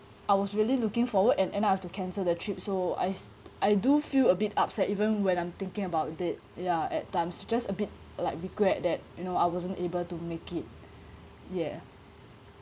I was really looking forward and end up have to cancel the trip so I I do feel a bit upset even when I'm thinking about it ya at times just a bit like regret that you know I wasn't able to make it yeah